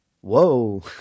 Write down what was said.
Whoa